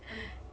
很